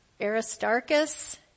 Aristarchus